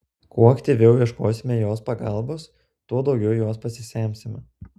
kuo aktyviau ieškosime jos pagalbos tuo daugiau jos pasisemsime